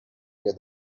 you